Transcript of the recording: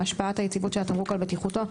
3.3.3 השפעת היציבות של התמרוק על בטיחותו,